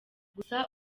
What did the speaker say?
gusa